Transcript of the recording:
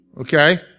okay